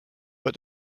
but